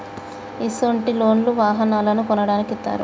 ఇసొంటి లోన్లు వాహనాలను కొనడానికి ఇత్తారు